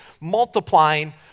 multiplying